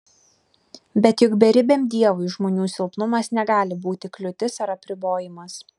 bet juk beribiam dievui žmonių silpnumas negali būti kliūtis ar apribojimas